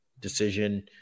decision